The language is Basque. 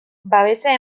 babesa